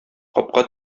капка